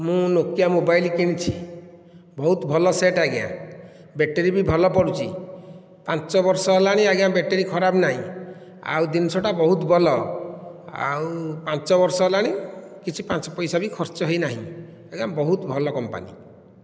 ମୁଁ ନୋକିଆ ମୋବାଇଲ କିଣିଛି ବହୁତ ଭଲ ସେଟ୍ ଆଜ୍ଞା ବ୍ୟାଟେରୀ ବି ଭଲ ପଡ଼ୁଛି ପାଞ୍ଚ ବର୍ଷ ହେଲାଣି ଆଜ୍ଞା ବ୍ୟାଟେରୀ ଖରାପ ନାହିଁ ଆଉ ଜିନିଷଟା ବହୁତ ଭଲ ଆଉ ପାଞ୍ଚ ବର୍ଷ ହେଲାଣି କିଛି ପାଞ୍ଚ ପଇସା ବି ଖର୍ଚ୍ଚ ହୋଇ ନାହିଁ ଆଜ୍ଞା ବହୁତ ଭଲ କମ୍ପାନୀ